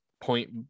point